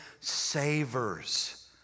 savers